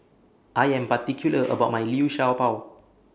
I Am particular about My Liu Sha Bao